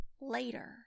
later